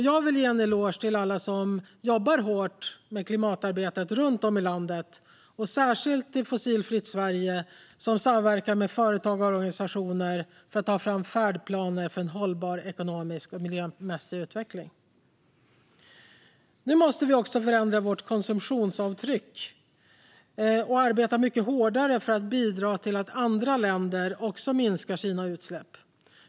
Jag vill ge en eloge till alla som jobbar hårt med klimatarbetet runt om i landet - och särskilt till Fossilfritt Sverige, som samverkar med företag och organisationer för att ta fram färdplaner för en hållbar ekonomisk och miljömässig utveckling. Nu måste vi också förändra vårt konsumtionsavtryck och arbeta mycket hårdare för att bidra till att även andra länder minskar sina utsläpp.